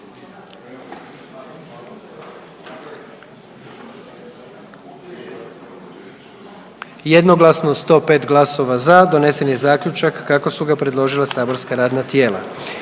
jednoglasno sa 112 glasova za donesen zaključak kako ga je predložilo matično radno tijelo.